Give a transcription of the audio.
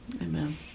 Amen